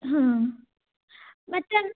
ಹಾಂ ಮತ್ತು